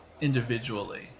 individually